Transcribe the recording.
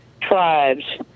tribes